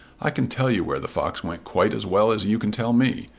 i can tell you where the fox went quite as well as you can tell me.